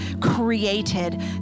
created